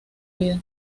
vida